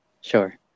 sure